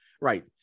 right